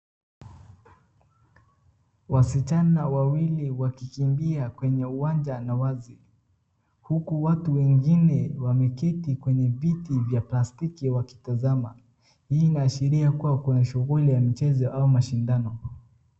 Wasichana wawili wakikimbia kwenye uwanja na wazi huku watu wengine wameketi kwenye viti vya plastiki wakitazama hii inaashiria kuwa kuna shughuli ya mchezo au mashindano.